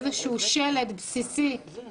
לסייע במאמץ הלאומי לצמצום התפשטות נגיף הקורונה (הוראת שעה),